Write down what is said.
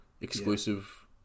exclusive